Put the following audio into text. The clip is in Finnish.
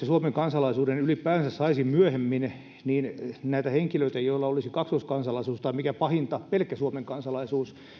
suomen kansalaisuuden ylipäänsä saisi myöhemmin niin näitä henkilöitä joilla olisi kaksoiskansalaisuus tai mikä pahinta pelkkä suomen kansalaisuus